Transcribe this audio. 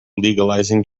legalizing